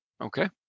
okay